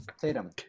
Tatum